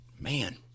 Man